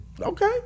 Okay